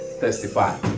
Testify